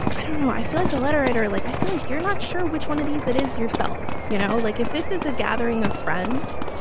i don't know, i feel like the letter writer, like i feel like you're not sure which one of these it is yourself. you know, like if this is a gathering of friends,